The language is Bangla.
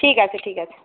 ঠিক আছে ঠিক আছে